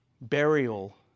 burial